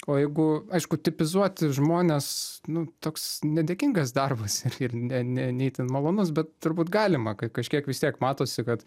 o jeigu aišku tipizuoti žmones nu toks nedėkingas darbas ir ne ne ne itin malonus bet turbūt galima kai kažkiek vis tiek matosi kad